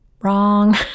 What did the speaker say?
wrong